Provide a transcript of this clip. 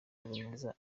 habineza